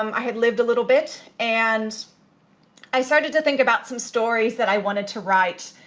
um i had lived a little bit and i started to think about some stories that i wanted to write.